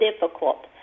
difficult